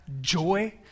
joy